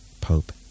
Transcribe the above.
Pope